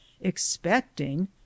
expecting